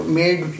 made